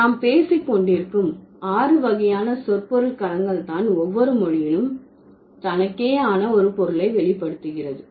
நாம் பேசிக்கொண்டிருக்கும் ஆறு வகையான சொற்பொருள் களங்கள் தான் ஒவ்வொரு மொழியிலும் தனக்கேயான ஒரு பொருளை வெளிப்படுத்துகிறது